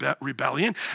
rebellion